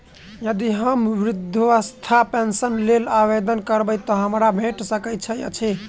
यदि हम वृद्धावस्था पेंशनक लेल आवेदन करबै तऽ हमरा भेट सकैत अछि?